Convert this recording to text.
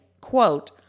quote